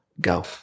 Go